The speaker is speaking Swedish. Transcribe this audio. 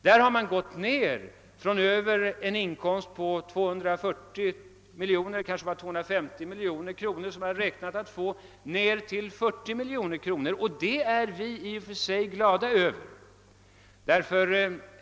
Där har regeringen gått ned från 240 eller möjligen 250 miljoner kronor, som från början beräknats skulle tillfalla statskassan, till 40 miljoner kronor. Det är vi i och för sig glada över.